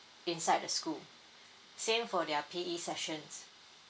inside the school same for their P_E sessions